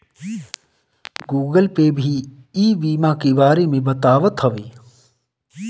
Google Pay भी ई बीमा के बारे में बतावत हवे